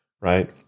right